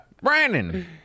Brandon